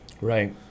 right